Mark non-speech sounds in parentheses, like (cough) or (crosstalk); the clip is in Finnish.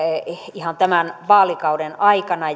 ihan tämän vaalikauden aikana (unintelligible)